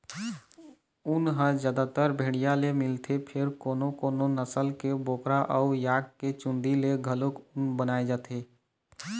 ऊन ह जादातर भेड़िया ले मिलथे फेर कोनो कोनो नसल के बोकरा अउ याक के चूंदी ले घलोक ऊन बनाए जाथे